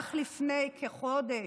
שאך לפני כחודש,